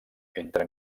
entre